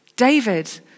David